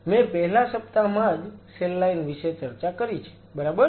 મેં પહેલા સપ્તાહમાં જ સેલ લાઈન વિશે ચર્ચા કરી છે બરાબર